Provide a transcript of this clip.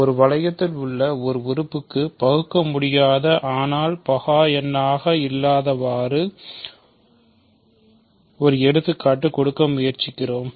ஒரு வளையத்தில் உள்ள ஒரு உறுப்புக்கு பகுக்க முடியாத ஆனால் பகா எண்ணாக இல்லாதவாறு ஒரு எடுத்துக்காட்டு கொடுக்க முயற்சிக்கிறோம்